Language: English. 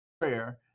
prayer